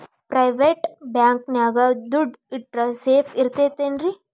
Private bank ನ್ಯಾಗ್ ದುಡ್ಡ ಇಟ್ರ ಸೇಫ್ ಇರ್ತದೇನ್ರಿ?